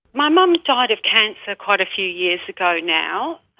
my mum died of cancer quite a few years ago now.